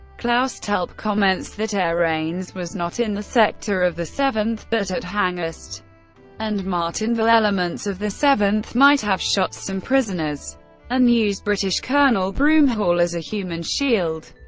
claus telp comments that airaines was not in the sector of the seventh, but at hangest and martainville elements of the seventh might have shot some prisoners and used british colonel broomhall as a human shield.